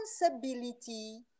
responsibility